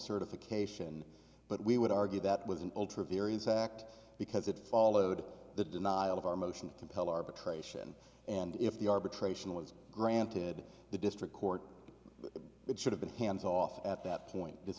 certification but we would argue that it was an ultra variance act because it followed the denial of our motion to compel arbitration and if the arbitration was granted the district court it should have been hands off at that point